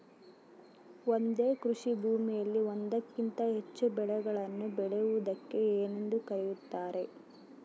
ಒಂದೇ ಕೃಷಿಭೂಮಿಯಲ್ಲಿ ಒಂದಕ್ಕಿಂತ ಹೆಚ್ಚು ಬೆಳೆಗಳನ್ನು ಬೆಳೆಯುವುದಕ್ಕೆ ಏನೆಂದು ಕರೆಯುತ್ತಾರೆ?